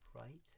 right